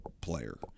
player